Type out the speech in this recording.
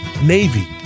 Navy